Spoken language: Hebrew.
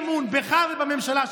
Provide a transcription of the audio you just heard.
ואנחנו מביעים אי-אמון בך ובממשלה שלך.